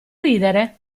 ridere